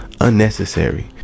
unnecessary